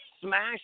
smash